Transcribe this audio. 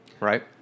Right